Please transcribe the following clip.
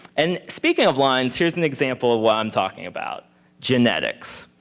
and speaking of lines here's an example of what i'm talking about genetics.